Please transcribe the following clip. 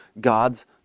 God's